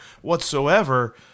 whatsoever